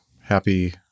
happy